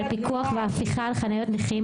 על פיקוח ואכיפה על חניות נכים,